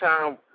time